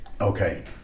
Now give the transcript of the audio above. Okay